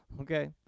Okay